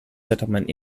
settlement